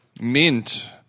mint